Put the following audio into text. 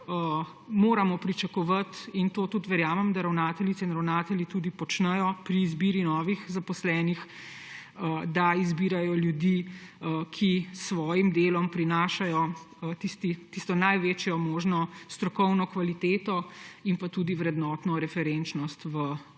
moramo pričakovati – in to verjamem, da ravnateljice in ravnatelji tudi počnejo – pri izbiri novih zaposlenih, da izbirajo ljudi, ki s svojim delom prinašajo največjo možno strokovno kvaliteto in tudi vrednotno referenčnost v